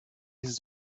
his